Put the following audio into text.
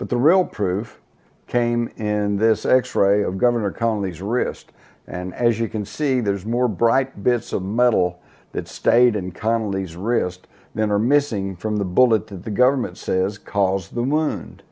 but the real proof came in this x ray of governor connally's wrist and as you can see there's more bright bits of metal that stayed in connally's wrist than are missing from the bullet that the government says calls the